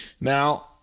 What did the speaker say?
Now